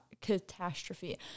catastrophe